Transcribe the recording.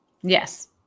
Yes